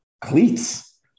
cleats